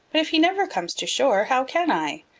but if he never comes to shore, how can i?